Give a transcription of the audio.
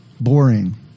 boring